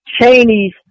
Cheney's